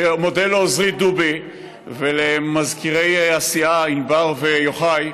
ואני מודה לעוזרי דובי ולמזכירי הסיעה ענבר ויוחאי,